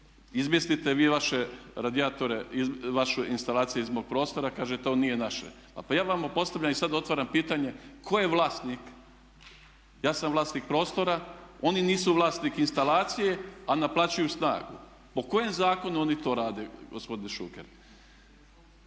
izmjestite vi vaše radijatore, vaše instalacije iz mog prostora, kažu to nije naše. Pa ja vama postavljam i sad otvaram pitanje tko je vlasnik? Ja sam vlasnik prostora, oni nisu vlasnik instalacije a naplaćuju snagu. Po kojem zakonu oni to rade gospodine Šuker?